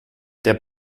der